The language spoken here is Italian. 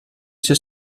sia